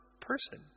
person